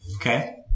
Okay